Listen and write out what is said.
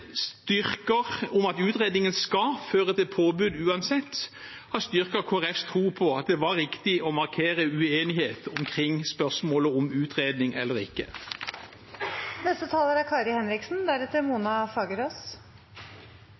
styrker det synet at utredningen skal føre til påbud uansett, har styrket Kristelig Folkepartis tro på at det var riktig å markere uenighet omkring spørsmålet om utredning eller ikke. Dette er